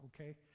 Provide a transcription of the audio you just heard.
okay